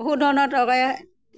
বহুত ধৰণৰ তৰকাৰী